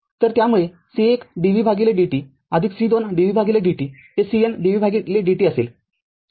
तरत्यामुळे ते C१ dvdt C२ dvdt ते CN dvdt असेल किंवा स्लाईड वेळ घेईल